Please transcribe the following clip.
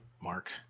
mark